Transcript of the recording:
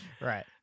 Right